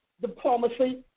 diplomacy